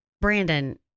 Brandon